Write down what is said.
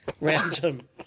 random